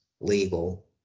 legal